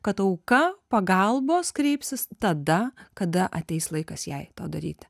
kad auka pagalbos kreipsis tada kada ateis laikas jai tą daryti